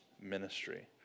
ministry